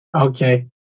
Okay